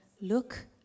Look